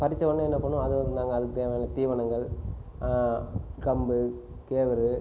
பொரிச்சவனே என்ன பண்ணணும் அதுக்கு தேவையான தீவனங்கள் கம்பு கேழ்வுரு